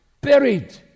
Buried